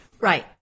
Right